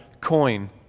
coin